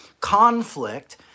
conflict